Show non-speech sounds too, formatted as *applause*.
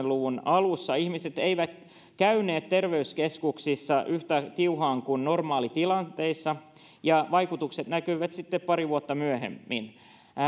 *unintelligible* luvun alussa ihmiset eivät käyneet terveyskeskuksissa yhtä tiuhaan kuin normaalitilanteissa ja vaikutukset näkyivät sitten pari vuotta myöhemmin